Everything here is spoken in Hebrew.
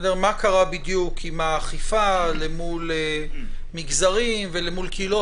מה קרה בדיוק עם האכיפה למול מגזרים ולמול קהילות.